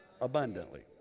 abundantly